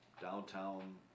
downtown